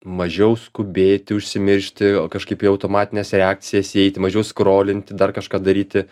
mažiau skubėti užsimiršti o kažkaip į automatines reakcijas įeiti mažiau skrolinti dar kažką daryti